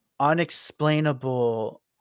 unexplainable